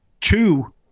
two